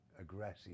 aggressive